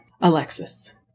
Alexis